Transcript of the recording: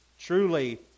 truly